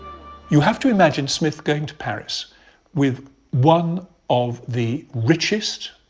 you have to imagine smith going to paris with one of the richest,